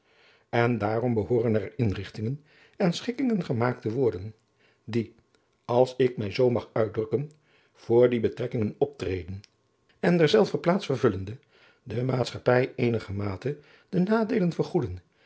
en daarom behooren er inrigtingen en schikkingen gemaakt te worden die als ik mij zoo mag uitdrukken voor die betrekkingen optreden en derzelver plaats vervullende de maatschappij eenigermate de nadeelen vergoeden